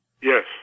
Yes